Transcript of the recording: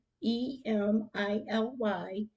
E-M-I-L-Y